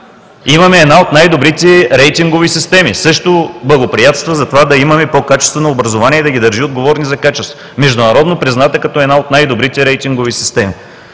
Имаме една от най-добрите рейтингови системи – също благоприятства за това да имаме по-качествено образование и да ги държи отговорни за качеството, международно призната като една от най-добрите рейтингови системи